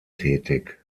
tätig